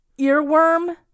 Earworm